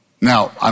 Now